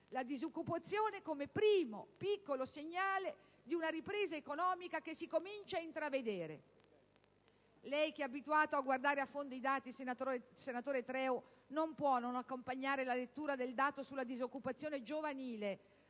la disoccupazione, come primo piccolo segnale di una ripresa economica che si comincia ad intravedere. Lei che è abituato a guardare a fondo i dati, senatore Treu, non può non accompagnare la lettura del dato sulla disoccupazione giovanile